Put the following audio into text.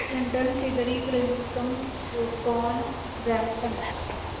London Sydney Birmingham Yukon Brampton